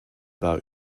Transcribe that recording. war